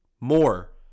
more